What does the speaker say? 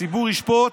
הציבור ישפוט